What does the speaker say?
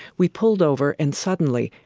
we pulled over and suddenly,